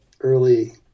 early